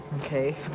Okay